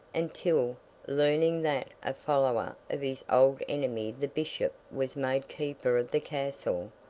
until, learning that a follower of his old enemy the bishop was made keeper of the castle,